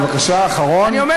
בבקשה, אחרון.